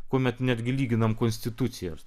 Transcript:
kuomet netgi lyginam konstitucijas